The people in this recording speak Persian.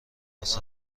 واست